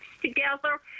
together